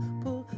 pull